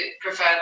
prefer